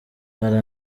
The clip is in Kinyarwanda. hari